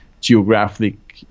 geographic